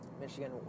Michigan